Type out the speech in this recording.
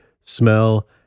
smell